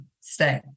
stay